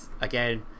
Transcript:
again